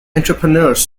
entrepreneurs